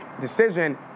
decision